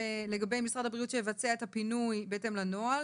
לגבי משרד הבריאות שיבצע את הפינוי בהתאם לנוהל.